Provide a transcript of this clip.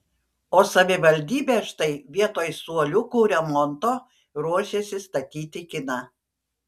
o savivaldybė štai vietoj suoliukų remonto ruošiasi statyti kiną